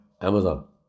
Amazon